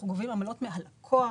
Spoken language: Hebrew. אנחנו גובים עמלות מהלקוח.